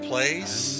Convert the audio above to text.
place